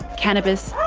cannabis,